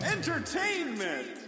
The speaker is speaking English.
Entertainment